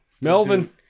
Melvin